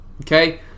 okay